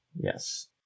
Yes